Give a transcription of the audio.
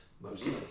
mostly